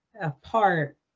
apart